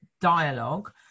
dialogue